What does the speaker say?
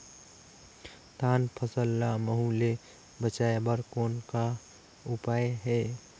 धान फसल ल महू ले बचाय बर कौन का उपाय हे?